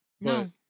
No